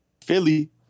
Philly